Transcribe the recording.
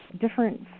different